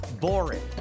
boring